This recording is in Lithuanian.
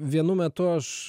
vienu metu aš